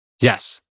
Yes